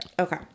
Okay